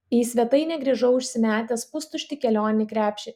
į svetainę grįžau užsimetęs pustuštį kelioninį krepšį